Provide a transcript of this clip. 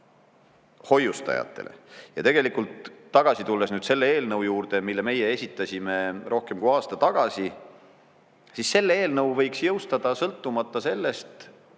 hoiustajatele. Tegelikult tagasi tulles nüüd selle eelnõu juurde, mille meie esitasime rohkem kui aasta tagasi, siis selle eelnõu võiks jõustada sõltumata sellest,